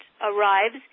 arrives